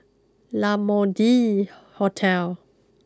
La Mode Hotel